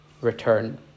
return